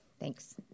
Thanks